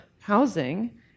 housing